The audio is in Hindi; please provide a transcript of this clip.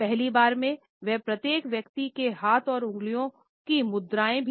पहली बार में वह प्रत्येक व्यक्ति के हाथ और उंगलियों की मुद्रा भी